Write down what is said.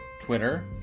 twitter